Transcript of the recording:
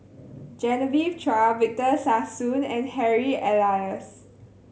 Genevieve Chua Victor Sassoon and Harry Elias